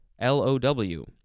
l-o-w